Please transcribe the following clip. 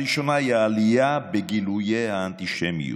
הראשונה היא עלייה בגילויי האנטישמיות,